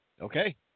Okay